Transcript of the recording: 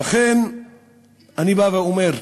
ולכן אני בא ואומר: